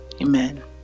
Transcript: Amen